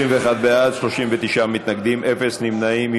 21 בעד, 39 מתנגדים, אפס נמנעים.